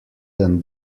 than